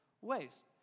ways